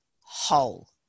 whole